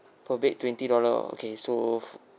per bed twenty dollar okay so